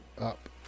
up